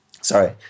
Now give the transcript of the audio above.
sorry